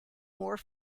more